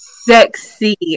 sexy